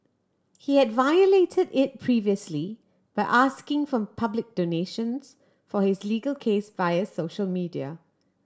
he had violated it previously by asking for public donations for his legal case via social media